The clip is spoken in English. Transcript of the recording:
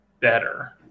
better